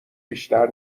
بیشتر